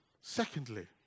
Secondly